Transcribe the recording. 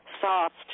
Soft